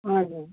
हजुर